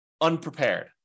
unprepared